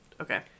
Okay